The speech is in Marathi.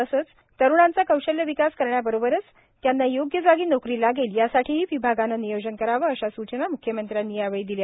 तसेच तरुणांचा कौशल्य विकास करण्याबरोबरच त्यांना योग्य जागी नोकरी लागेल यासाठीही विभागाने नियोजन करावे अशा सूचना म्ख्यमंत्र्यांनी यावेळी दिल्या